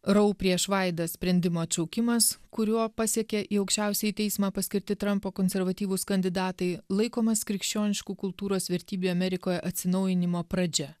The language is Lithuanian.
rou prieš vaidas sprendimo atšaukimas kuriuo pasekė į aukščiausiąjį teismą paskirti trumpo konservatyvūs kandidatai laikomas krikščioniškų kultūros vertybių amerikoje atsinaujinimo pradžia